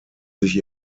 sich